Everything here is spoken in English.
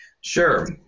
Sure